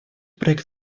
проект